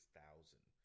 thousand